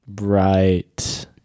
Right